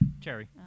Cherry